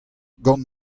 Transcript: gant